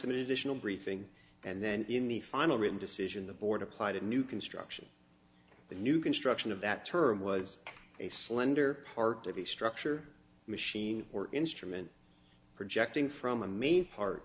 additional briefing and then in the final written decision the board applied a new construction the new construction of that term was a slender part of the structure machine or instrument projecting from a main part